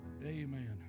Amen